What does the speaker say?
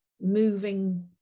moving